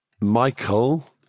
Michael